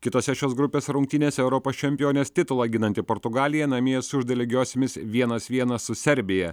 kitose šios grupės rungtynėse europos čempionės titulą ginanti portugalija namie sužaidė lygiosiomis vienas vienas su serbija